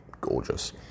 gorgeous